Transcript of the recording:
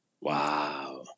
Wow